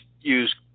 use